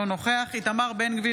אינו נוכח איתמר בן גביר,